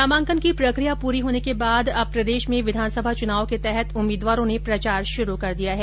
नामांकन की प्रकिया पूरी होने के बाद अब प्रदेश में विधानसभा चुनाव के तहत उम्मीदवारों ने प्रचार शुरू कर दिया है